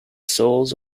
souls